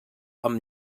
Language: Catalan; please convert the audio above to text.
amb